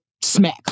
smack